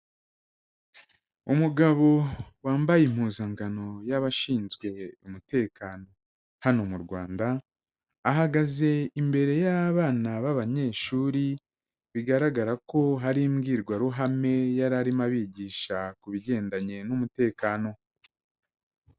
Umugabo wambaye impuzangano y'abashinzwe umutekano hano mu Rwanda, ahagaze imbere y'abana b'abanyeshuri bigaragara ko hari imbwirwaruhame yari arimo abigisha ku bigendanye n'umutekano.